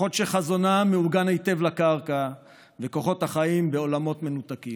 כוחות שחזונם מעוגן היטב לקרקע וכחות החיים בעולמות מנותקים.